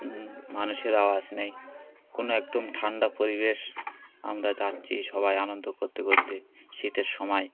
মানুষের আওয়াজ নেই কোনো একদম ঠান্ডা পরিবেশ আমরা যাচ্ছি সবাই আনন্দ করতে করতে শীতের সময়